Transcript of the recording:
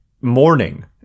morning